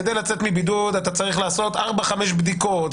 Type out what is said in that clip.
כדי לצאת מבידוד הוא צריך לעשות 5-4 בדיקות,